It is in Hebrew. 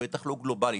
ובטח לא גלובלית,